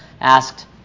asked